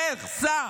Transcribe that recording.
לך, סע